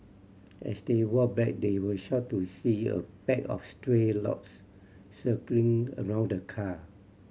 as they walked back they were shocked to see a pack of stray logs circling around the car